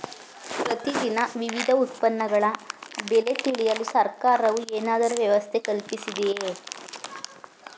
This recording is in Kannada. ಪ್ರತಿ ದಿನ ವಿವಿಧ ಉತ್ಪನ್ನಗಳ ಬೆಲೆ ತಿಳಿಯಲು ಸರ್ಕಾರವು ಏನಾದರೂ ವ್ಯವಸ್ಥೆ ಕಲ್ಪಿಸಿದೆಯೇ?